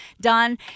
Done